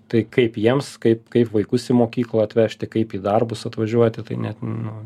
tai kaip jiems kaip kaip vaikus į mokyklą atvežti kaip į darbus atvažiuoti tai net nu